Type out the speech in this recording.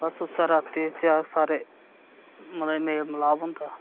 बस उस्सै राती च अस सारे मतलब मेल मलाप होंदा